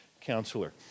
counselor